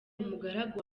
umugaragu